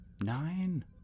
Nine